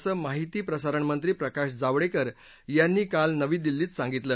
असं माहिती प्रसारण मंत्री प्रकाश जावडेकर यांनी काल नवी दिल्लीत सांगितलं